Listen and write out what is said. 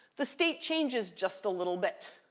the state changes just a little bit.